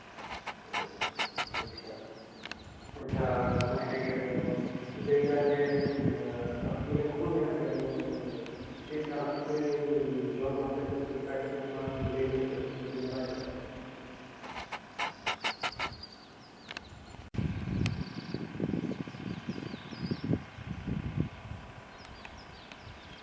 ᱚᱻ ᱟᱪᱪᱷᱟ ᱟᱪᱪᱷᱟ ᱚᱱᱟᱢᱟ ᱦᱮᱸᱜᱮ ᱟᱫᱚ ᱞᱟᱹᱭ ᱮᱫᱟ ᱡᱮ ᱟᱲᱟᱜ ᱡᱤᱞ ᱦᱟᱠᱩ ᱢᱟ ᱢᱮᱱᱟᱜ ᱜᱮ ᱟᱫᱚ ᱪᱮᱫ ᱟᱲᱟᱜ ᱠᱚᱯᱮ ᱡᱚᱢᱟ ᱟᱯᱮ ᱫᱚ ᱚᱱᱟ ᱵᱤᱥᱮᱥ ᱠᱟᱭᱛᱮᱢ ᱞᱟᱹᱭ ᱞᱮᱠᱷᱟᱱ ᱠᱟᱹᱴᱤᱡ ᱟᱹᱰᱤ ᱱᱟᱯᱟᱭ ᱠᱚᱜᱼᱟ